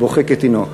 בוכה כתינוק.